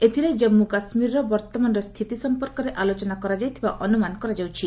ଏଥିରେ ଜାନ୍ଧୁ କାଶ୍ମୀରର ବର୍ତ୍ତମାନର ସ୍ଥିତି ସଫପର୍କରେ ଆଲୋଚନା କରାଯାଇଥିବା ଅନୁମାନ କରାଯାଉଛି